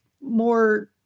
more